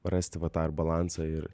rasti va tą it balansą ir